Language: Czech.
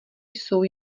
jsou